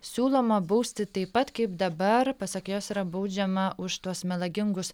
siūloma bausti taip pat kaip dabar pasak jos yra baudžiama už tuos melagingus